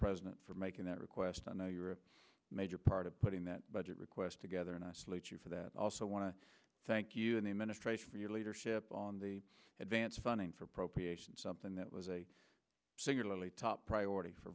president for making that request i know you're a major part of putting that budget request together nicely for that i also want to thank you and the administration for your leadership on the advance funding for appropriations something that was a singularly top priority for